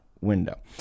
window